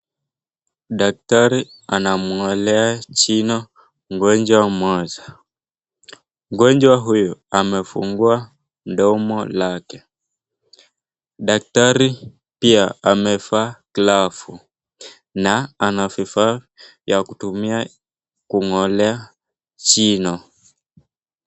Daktari anamng'olea jino mgonjwa mmoja. Mgonjwa huyu amefungua mdomo lake. Daktari pia amevaa glavu na ana vifaa ya kutumia kung'olea jino.